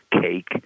cake